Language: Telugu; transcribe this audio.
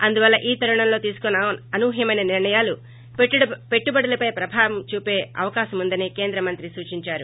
అందువల్ల ఈ తరుణంలో తీసుకున్న అనూహ్యమైన నిర్ణయాలు పెట్టుబడులపై ప్రభావం చూపే అవకాశముందని కేంద్ర మంత్రి సూచీంచారు